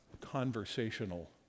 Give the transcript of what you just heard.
conversational